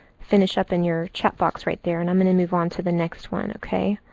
finish up in your chat box right there. and i'm going to move on to the next one. ok?